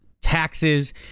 taxes